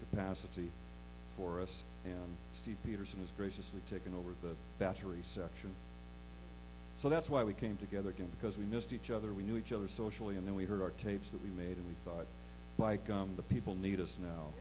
capacity for us and steve peterson has graciously taken over the battery section so that's why we came together again because we missed each other we knew each other socially and then we heard our tapes that we made and we thought like the people need us now